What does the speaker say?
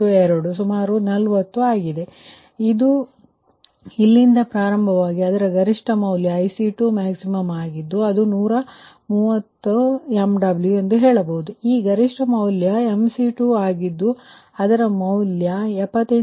92 ಸುಮಾರು 40 ಆಗಿದೆ ಆದ್ದರಿಂದ ಇದು ಇಲ್ಲಿಂದ ಪ್ರಾರಂಭವಾಗಿ ಮತ್ತು ಅದರ ಗರಿಷ್ಠ ಮೌಲ್ಯ IC2max ಆಗಿದ್ದು ಅದು 130 MW ಎಂದು ಹೇಳಬಹುದು ಮತ್ತು ಗರಿಷ್ಠ ಮೌಲ್ಯ IC2ಆಗಿದ್ದು ಅದರ ಮೌಲ್ಯ 78